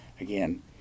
again